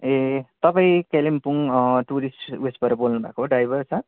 ए तपाईँ कालिम्पोङ टुरिस्ट उयेसबाट बोल्नुभएको हो ड्राइभर सा